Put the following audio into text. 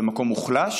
במקום מוחלש,